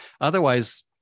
Otherwise